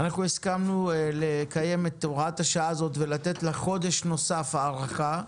הסכמנו לקיים את הוראת השעה הזאת ולתת לה חודש נוסף הארכה,